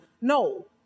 No